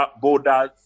borders